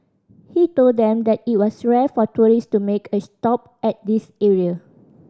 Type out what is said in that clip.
he told them that it was rare for tourist to make a stop at this area